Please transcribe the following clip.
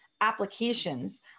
applications